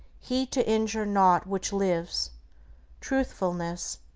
heed to injure nought which lives truthfulness,